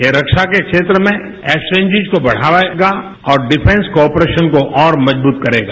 यह रक्षा के क्षेत्र में एक्वेंजिस को बढ़ायेगा और डिफेंस कार्पोरेशन को और मजबूत करेगा